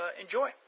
enjoy